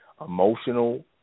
emotional